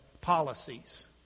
policies